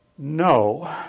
No